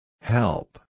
Help